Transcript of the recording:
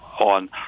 on